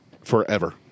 Forever